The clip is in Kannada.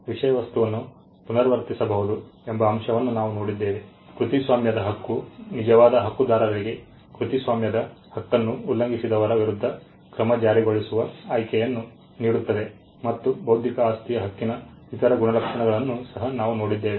ವಿಷಯ ವಸ್ತುವನ್ನು ಪುನರಾವರ್ತಿಸಬಹುದು ಎಂಬ ಅಂಶವನ್ನು ನಾವು ನೋಡಿದ್ದೇವೆ ಕೃತಿಸ್ವಾಮ್ಯದ ಹಕ್ಕು ನಿಜವಾದ ಹಕ್ಕುದಾರರಿಗೆ ಕೃತಿಸ್ವಾಮ್ಯದ ಹಕ್ಕನ್ನು ಉಲ್ಲಂಘಿಸಿದವರ ವಿರುದ್ಧ ಕ್ರಮ ಜಾರಿಗೊಳಿಸುವ ಆಯ್ಕೆಯನ್ನು ನೀಡುತ್ತದೆ ಮತ್ತು ಬೌದ್ಧಿಕ ಆಸ್ತಿಯ ಹಕ್ಕಿನ ಇತರ ಗುಣಲಕ್ಷಣಗಳನ್ನು ಸಹ ನಾವು ನೋಡಿದ್ದೇವೆ